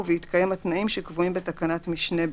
ובהתקיים התנאים שקבועים בתקנת משנה (ב):